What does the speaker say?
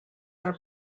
are